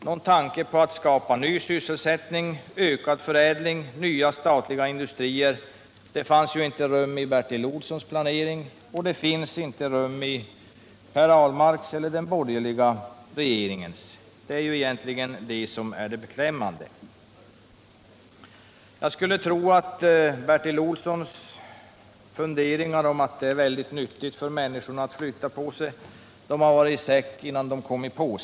Någon tanke på att skapa ny sysselsättning, ökad förädling, nya statliga industrier fanns det inte rum för i Bertil Olssons planering, och det finns det inte rum för i Per Ahlmarks eller den borgerliga regeringens planering heller. Det är det som är så beklämmande. Jag skulle tro att Bertil Olssons funderingar om att det är väldigt nyttigt för människorna att flytta på sig har varit i säck innan de kom i påse.